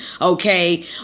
okay